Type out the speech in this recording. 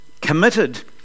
committed